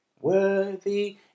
worthy